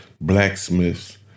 blacksmiths